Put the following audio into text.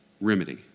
remedy